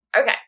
Okay